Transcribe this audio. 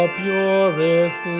purest